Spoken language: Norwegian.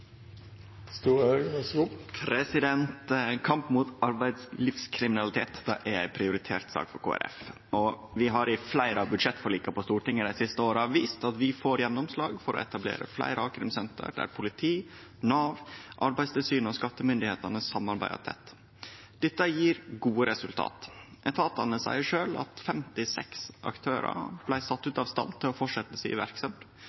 det er så internasjonalt forgreina som det arbeidslivskriminalitet er. Me kan visa veg og vera pådrivarar – og det gjer me, og det er me. Kampen mot arbeidslivskriminalitet er ei prioritert sak for Kristeleg Folkeparti. Vi har i fleire av budsjettforlika på Stortinget dei siste åra vist at vi har fått gjennomslag for å etablere fleire a-krimsenter, der politi, Nav, Arbeidstilsynet og skattemyndigheitene samarbeider tett. Dette gjev gode